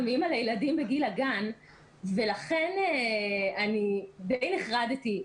אימא לילדים בגיל הגן ולכן אני די נחרדתי.